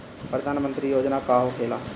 प्रधानमंत्री योजना का होखेला?